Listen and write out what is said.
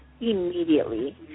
immediately